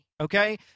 okay